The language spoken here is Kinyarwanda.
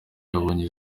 yabonye